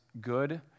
good